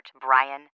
Brian